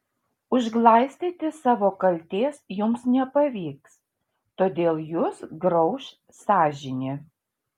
užglaistyti savo kaltės jums nepavyks todėl jus grauš sąžinė